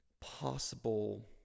possible